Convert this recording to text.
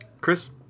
Chris